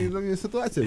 įdomi situacija